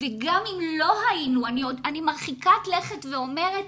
וגם אם לא היינו, אני מרחיקת לכת ואומרת,